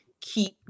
keep